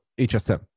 HSM